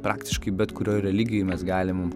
praktiškai bet kurioj religijoj mes galim